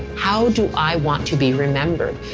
how do i want to be remembered?